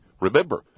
Remember